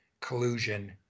collusion